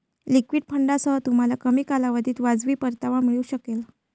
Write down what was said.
liquid फंडांसह, तुम्हाला कमी कालावधीत वाजवी परतावा मिळू शकेल